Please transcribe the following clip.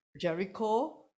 Jericho